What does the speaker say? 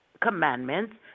commandments